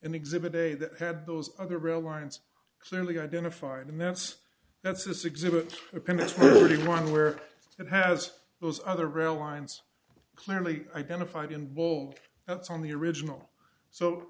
exhibit day that had those other rail lines clearly identified and that's that's a significant appendix forty one where it has those other rail lines clearly identified involved that's on the original so